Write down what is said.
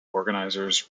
organizers